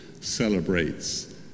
celebrates